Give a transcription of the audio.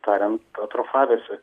tariant atrofavęsi